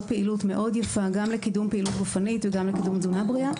פעילות מאוד יפה גם לקידום פעילות גופנית וגם לקידום תזונה בריאה.